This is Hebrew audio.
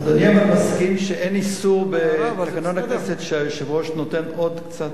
אתה מסכים שאין איסור בתקנון הכנסת על היושב-ראש לתת עוד קצת,